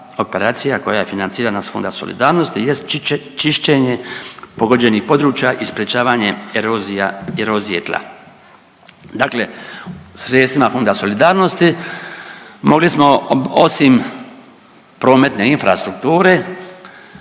koja je financirana iz Fonda solidarnost jest čišćenje pogođenih područja i sprečavanje erozije tla. Dakle, sredstvima Fonda solidarnosti mogli smo osim prometne infrastrukture